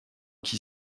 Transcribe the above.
qui